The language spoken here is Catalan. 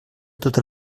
tota